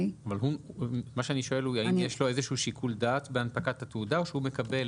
האם יש לו איזשהו שיקול דעת בהנפקת התעודה או שהוא מקבל